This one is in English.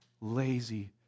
lazy